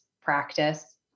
practice